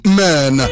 men